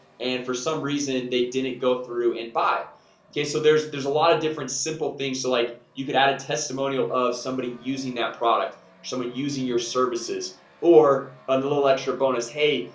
and for some reason they didn't go through and buy okay, so there's there's a lot of different simple things so like you could add a testimonial of somebody using that product someone using your services or a and little extra bonus hey,